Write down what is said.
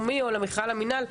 מרכז המחקר והמידע.